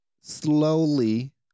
Slowly